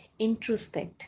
Introspect